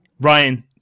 Ryan